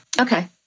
Okay